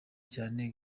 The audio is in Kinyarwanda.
cyane